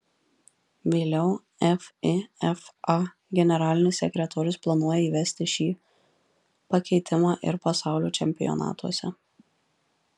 vėliau fifa generalinis sekretorius planuoja įvesti šį pakeitimą ir pasaulio čempionatuose